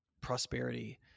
prosperity